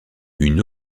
une